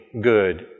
good